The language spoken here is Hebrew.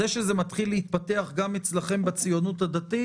זה שזה מתחיל להתפתח גם אצלכם בציונות הדתית,